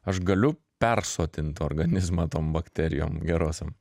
aš galiu persotint organizmą tom bakterijom gerosiom